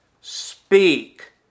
speak